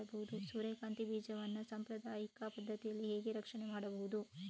ಸೂರ್ಯಕಾಂತಿ ಬೀಜವನ್ನ ಸಾಂಪ್ರದಾಯಿಕ ಪದ್ಧತಿಯಲ್ಲಿ ಹೇಗೆ ರಕ್ಷಣೆ ಮಾಡುವುದು